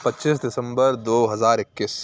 پچیس دسمبر دو ہزار اکیس